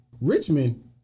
Richmond